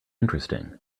interesting